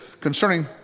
concerning